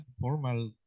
formal